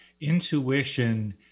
Intuition